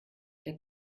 der